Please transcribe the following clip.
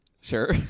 Sure